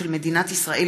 מתן זכות לעבודה חלקית),